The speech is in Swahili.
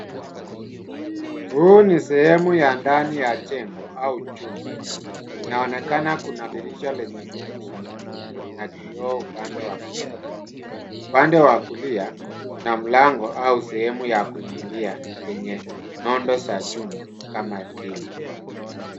Huu ni sehemu ya ndani ya jengo au chumba, inaonekana kuna dirisha za fremu za chuma na kioo upande wa kushoto, upande wa kulia kuna mlango au sehemu ya kuingilia yenye nondo za chuma kama tili.